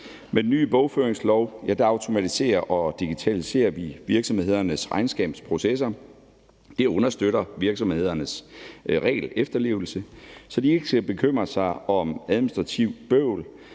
Med den nye bogføringslov automatiserer og digitaliserer vi virksomhedernes regnskabsprocesser. Det understøtter virksomhedernes regelefterlevelse, så de ikke skal bekymre sig om administrative bøvl,